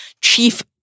chief